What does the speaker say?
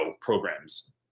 programs